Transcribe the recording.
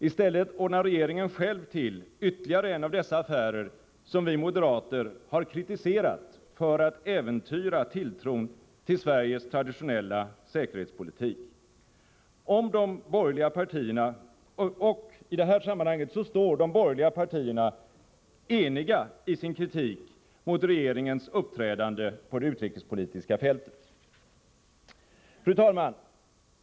I stället ordnar regeringen själv till ytterligare en av dessa affärer som vi moderater har kritiserat för att äventyra tilltron till Sveriges traditionella säkerhetspolitik. I det här sammanhanget står de borgerliga partierna eniga i sin kritik mot regeringens uppträdande på det utrikespolitiska fältet. Fru talman!